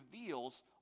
reveals